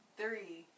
three